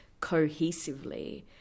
cohesively